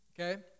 okay